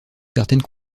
certaines